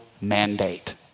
mandate